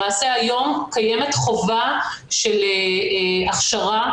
למעשה היום קיימת חובה של הכשרה,